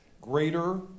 greater